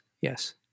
yes